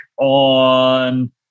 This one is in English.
on